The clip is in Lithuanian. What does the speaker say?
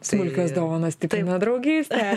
smulkios dovanos stiprina draugystę